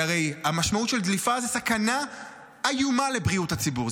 כי הרי המשמעות של דליפה זה סכנה איומה לבריאות הציבור.